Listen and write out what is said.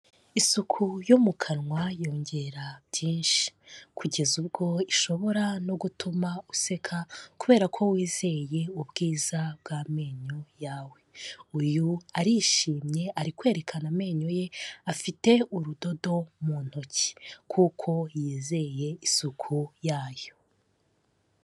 Isuku yo mu kanwa yongera byinshi, kugeza ubwo ishobora no gutuma useka kubera ko wizeye ubwiza bw'amenyo yawe. Uyu arishimye, ari kwerekana amenyo ye, afite urudodo mu ntoki kuko yizeye isuku yayo.